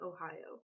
Ohio